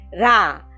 Ra